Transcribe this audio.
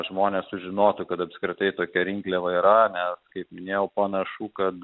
žmonės sužinotų kad apskritai tokia rinkliava yra nes kaip minėjau panašu kad